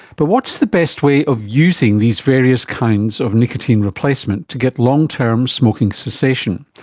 but what's the best way of using these various kinds of nicotine replacement to get long-term smoking cessation?